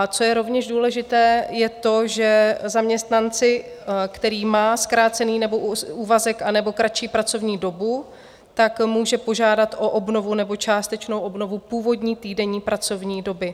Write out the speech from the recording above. Co je rovněž důležité, je to, že zaměstnanec, který má zkrácený úvazek nebo kratší pracovní dobu, může požádat o obnovu nebo částečnou obnovu původní týdenní pracovní doby.